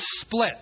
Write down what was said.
split